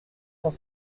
cent